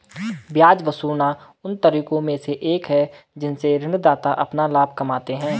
ब्याज वसूलना उन तरीकों में से एक है जिनसे ऋणदाता अपना लाभ कमाते हैं